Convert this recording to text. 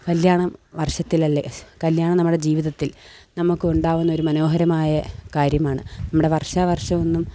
കല്യാണം വർഷത്തിലല്ലേ കല്യാണം നമ്മുടെ ജീവിതത്തിൽ നമുക്കുണ്ടാകുന്നൊരു മനോഹരമായ കാര്യമാണ് ഇവിടെ വർഷാവർഷമൊന്നും